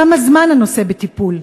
כמה זמן הנושא בטיפול?